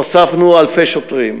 הוספנו אלפי שוטרים,